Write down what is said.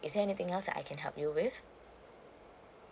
is there anything else I can help you with